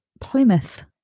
Plymouth